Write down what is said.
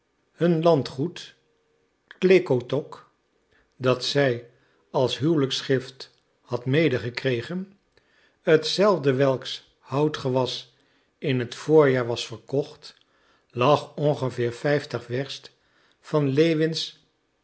hun landgoed klekotok dat zij als huwelijksgift had medegekregen hetzelfde welks houtgewas in het voorjaar was verkocht lag ongeveer vijftig werst van lewins